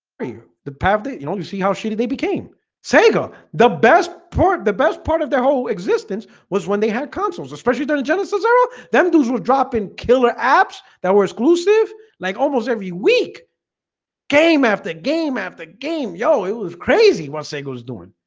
are you the path date? you know you see how she did they became saiga the best part the best part of their whole existence was when they had consoles especially and genesis era then those who drop in killer apps that were exclusive like almost every week game after game after game. yo, it was crazy. what sega's doing?